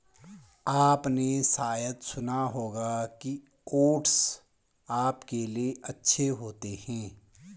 आपने शायद सुना होगा कि ओट्स आपके लिए अच्छे होते हैं